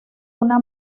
una